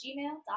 gmail.com